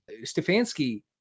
Stefanski